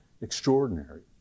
extraordinary